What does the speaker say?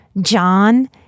John